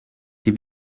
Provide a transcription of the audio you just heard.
die